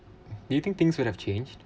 do you think things would have changed